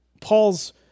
Paul's